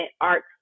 art